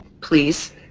Please